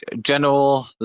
general